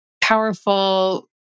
powerful